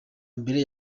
mbere